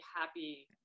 happy